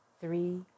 three